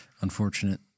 Unfortunate